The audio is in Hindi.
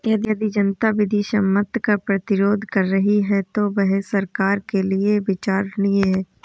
यदि जनता विधि सम्मत कर प्रतिरोध कर रही है तो वह सरकार के लिये विचारणीय है